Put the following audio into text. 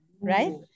right